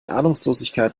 ahnungslosigkeit